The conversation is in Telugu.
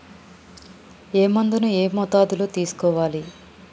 ఏ మందును ఏ మోతాదులో తీసుకోవాలి?